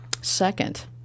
second